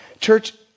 Church